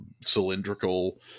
cylindrical